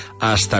hasta